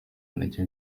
ntege